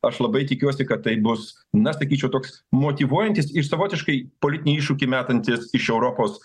aš labai tikiuosi kad tai bus na sakyčiau toks motyvuojantis ir savotiškai politinį iššūkį metantis iš europos